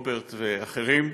רוברט ואחרים,